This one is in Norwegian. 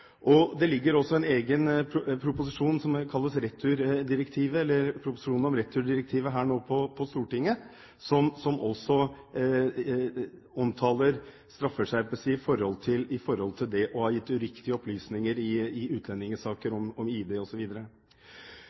Det ligger også en proposisjon om returdirektivet nå i Stortinget, som også omtaler straffeskjerpelser i forhold til det å ha gitt uriktige opplysninger i utlendingssaker om ID